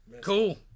cool